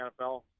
NFL